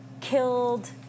killed